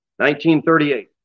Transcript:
1938